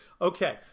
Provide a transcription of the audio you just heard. Okay